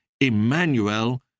Emmanuel